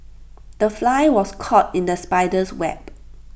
the fly was caught in the spider's web